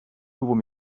nouveau